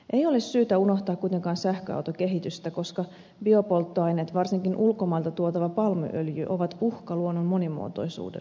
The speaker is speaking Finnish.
ei ole syytä unohtaa kuitenkaan sähköautokehitystä koska biopolttoaineet varsinkin ulkomailta tuotava palmuöljy ovat uhka luonnon monimuotoisuudelle